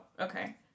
okay